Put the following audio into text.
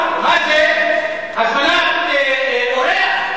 מה זה, הופעת אורח?